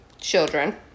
children